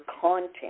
content